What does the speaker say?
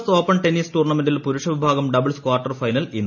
S open tennis ടൂർണമെന്റിൽ പുരുഷവിഭാഗം doubles quarter final ഇന്ന്